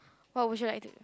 what would you like to